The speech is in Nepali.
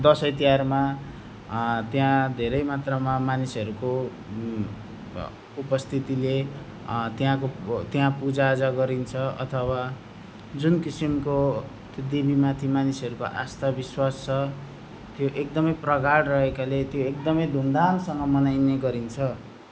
दसैँ तिहारमा त्यहाँ धेरै मात्रमा मानिसहरूको उपस्थितिले त्यहाँको प त्यहाँ पूजाआजा गरिन्छ अथवा जुन किसिमको त्यो देवीमाथि मानिसहरूको आस्था विश्वास छ त्यो एकदमै प्रगाढ रहेकाले त्यो एकदमै धुमधामसँग मनाइने गरिन्छ